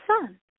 son